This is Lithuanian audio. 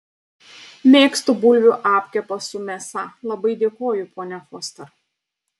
mėgstu bulvių apkepą su mėsa labai dėkoju ponia foster